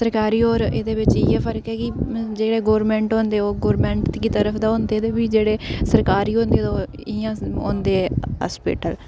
सरकारी और ऐह्दे च इ''यै फर्क ऐ के जैह्ड़े गवर्नमेंट होंदे औह् गवर्नमेंट दी तरफ दा होंदे ते जेह्ड़े सरकारी होंदे ते ओह् इ'यां होंदें